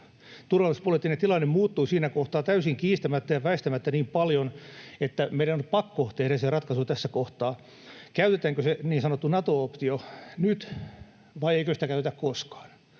Turvallisuuspoliittinen tilanne muuttui siinä kohtaa täysin kiistämättä ja väistämättä niin paljon, että meidän on nyt pakko tehdä se ratkaisu tässä kohtaa. Käytetäänkö se niin sanottu Nato-optio nyt vai eikö sitä käytetä koskaan?